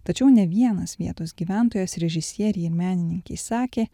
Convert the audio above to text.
tačiau ne vienas vietos gyventojas režisierei ir menininkei sakė